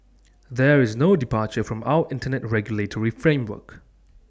there is no departure from our Internet regulatory framework